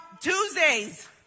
Tuesdays